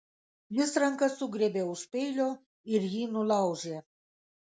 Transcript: jis ranka sugriebė už peilio ir jį nulaužė